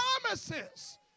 promises